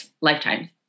lifetime